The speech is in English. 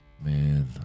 man